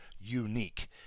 unique